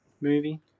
movie